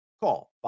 Call